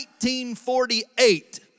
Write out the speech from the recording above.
1948